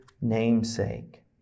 namesake